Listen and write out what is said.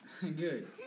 Good